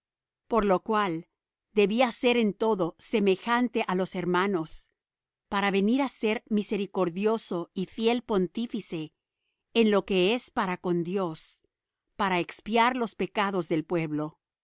por lo cual debía ser en todo semejante á los hermanos para venir á ser misericordioso y fiel pontífice en lo que es para con dios para expiar los pecados del pueblo